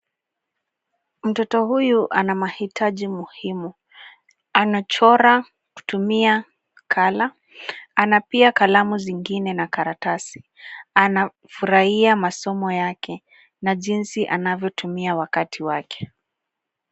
Mtoto huyu ana mahitaji muhimu. Anachora kutumia colour . Ana pia kalamu zingine na karatasi. Anafurahia masomo yake na jinsi anavyotumia wakati wake.